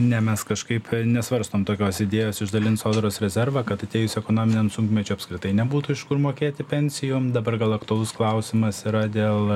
ne mes kažkaip nesvarstom tokios idėjos išdalint sodros rezervą kad atėjus ekonominiam sunkmečiui apskritai nebūtų iš kur mokėti pensijų dabar gal aktualus klausimas yra dėl